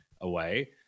away